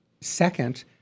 Second